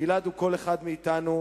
גלעד הוא כל אחד מאתנו,